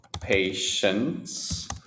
patience